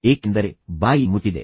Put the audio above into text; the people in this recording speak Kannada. ಏಕೆಂದರೆ ಬಾಯಿ ಮುಚ್ಚಿದೆ